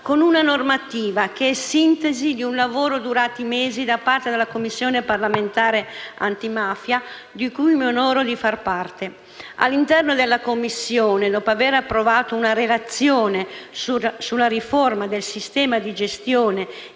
con una normativa che è sintesi di un lavoro durato mesi da parte della Commissione parlamentare antimafia, di cui mi onoro di far parte. All'interno della Commissione, dopo aver approvato una relazione sulla riforma del sistema di gestione dei